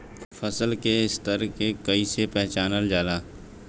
फसल के स्तर के कइसी पहचानल जाला